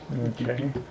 Okay